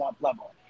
level